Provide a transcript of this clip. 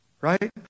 right